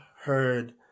heard